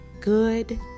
good